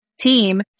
team